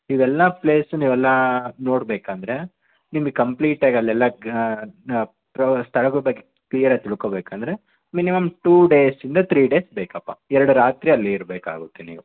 ಇವೆಲ್ಲ ಪ್ಲೇಸ್ ನೀವೆಲ್ಲ ನೋಡಬೇಕೆಂದರೆ ನಿಮಗೆ ಕಂಪ್ಲೀಟಾಗಿ ಅಲ್ಲೆಲ್ಲ ಗ್ರಾ ಗಾ ಪ್ರವ ಸ್ಥಳಗಳ ಬಗ್ಗೆ ಕ್ಲಿಯರಾಗಿ ತಿಳ್ಕೋಬೇಕಂದರೆ ಮಿನಿಮಮ್ ಟು ಡೇಸ್ಯಿಂದ ಥ್ರೀ ಡೇಸ್ ಬೇಕಪ್ಪ ಎರಡು ರಾತ್ರಿ ಅಲ್ಲಿ ಇರಬೇಕಾಗುತ್ತೆ ನೀವು